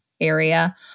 area